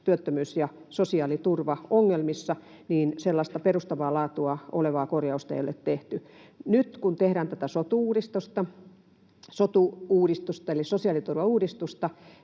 työttömyys‑ ja sosiaaliturvaongelmissa, niin sellaista perustavaa laatua olevaa korjausta ei ole tehty. Nyt kun tehdään tätä sotu-uudistusta eli sosiaaliturvauudistusta,